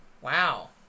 Wow